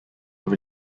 were